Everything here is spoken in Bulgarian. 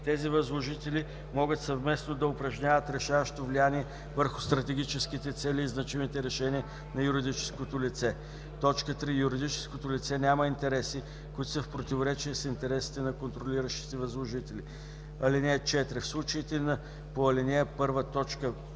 тези възложители могат съвместно да упражняват решаващо влияние върху стратегическите цели и значимите решения на юридическото лице; 3. юридическото лице няма интереси, които са в противоречие с интересите на контролиращите възложители. (4) В случаите по ал. 1,